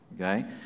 okay